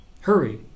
Hurry